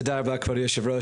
תודה רבה כבוד היושב ראש.